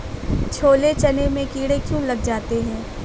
छोले चने में कीड़े क्यो लग जाते हैं?